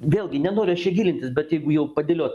vėlgi nenoriu aš čia gilintis bet jeigu jau padėliot